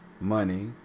money